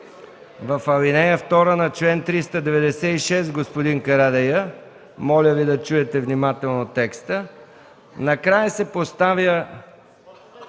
в ал. 2 на чл. 396, господин Карадайъ. Моля Ви да чуете внимателно текста: накрая се поставя